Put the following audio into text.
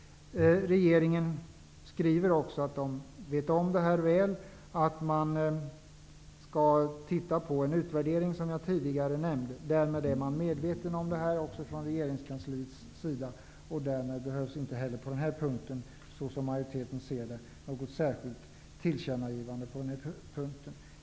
Regeringen skriver att man vet om detta, att man skall titta på den utvärdering som jag nämnde tidigare. Därmed är man som sagt inom regeringskansliet medveten om detta. Därmed behövs inte heller på denna punkt, som majoriteten ser det, något särskilt tillkännagivande.